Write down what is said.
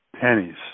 pennies